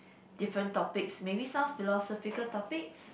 different topics maybe some philosophical topics